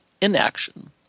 inaction